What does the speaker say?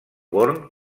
born